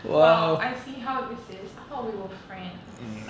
!wow! I see how this is I thought we were friends